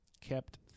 kept